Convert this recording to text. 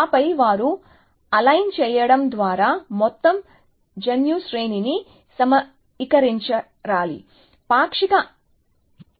ఆపై వారు అలైన్ చేయడం ద్వారా మొత్తం జన్యు శ్రేణిని సమీకరించాలి పాక్షిక